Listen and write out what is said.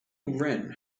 wren